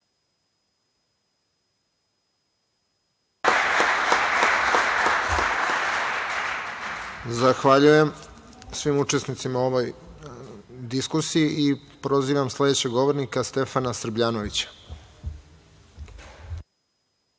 Zahvaljujem svim učesnicima u ovoj diskusiji. Pozivam sledećeg govornika, Stefana Srbljanovića.